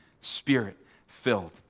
Spirit-filled